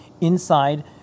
inside